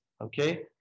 Okay